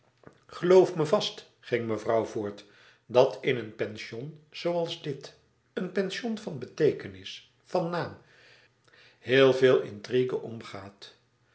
geloof me vast ging mevrouw voort dat in een pension zooals dit een pension van beteekenis van naam heel veel intrigue omgaat